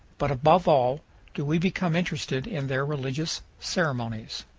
but above all do we become interested in their religious ceremonies.